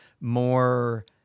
more